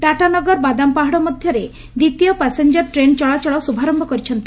ଟାଟାନଗର ବାଦାମପାହାଡ ମଧ୍ଧରେ ଦିତୀୟ passenger train ଚଳାଚଳ ଶୁଭାରମ୍ୟ କରିଛନ୍ତି